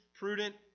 prudent